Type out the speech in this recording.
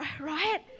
Right